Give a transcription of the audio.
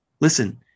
listen